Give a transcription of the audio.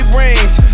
rings